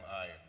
Iron